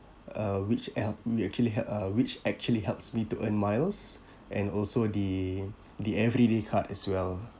uh which help they actually help uh which actually helps me to earn miles and also the the everyday card as well